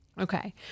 Okay